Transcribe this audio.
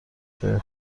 جای